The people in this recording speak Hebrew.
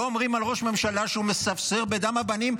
לא אומרים על ראש ממשלה שהוא מספסר בדם הבנים,